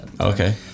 Okay